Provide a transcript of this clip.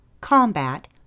combat